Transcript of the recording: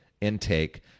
intake